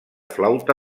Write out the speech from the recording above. flauta